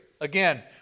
Again